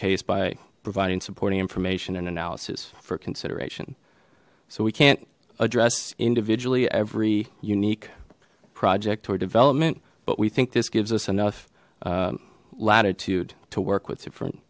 case by providing supporting information and analysis for consideration so we can't address individually every unique project or development but we think this gives us enough latitude to work with different